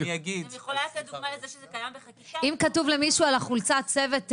אם כתוב למישהו על החולצה 'צוות אורי',